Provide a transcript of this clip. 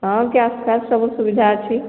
ହଁ ଗ୍ୟାସ୍ ଫ୍ୟାସ୍ ସବୁ ସୁବିଧା ଅଛି